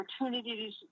opportunities